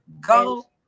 Go